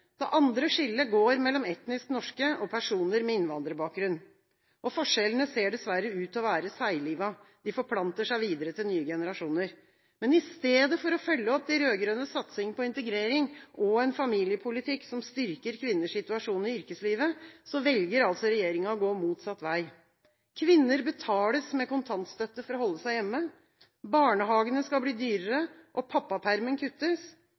det andre skillet går mellom etnisk norske og personer med innvandrerbakgrunn. Forskjellene ser dessverre ut til å være seiglivete, de forplanter seg videre til nye generasjoner. Men i stedet for å følge opp de rød-grønnes satsing på integrering og en familiepolitikk som styrker kvinners situasjon i yrkeslivet, velger regjeringa å gå motsatt vei. Kvinner betales med kontantstøtte for å holde seg hjemme, barnehagene skal bli dyrere og pappapermen kuttes.